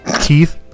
Keith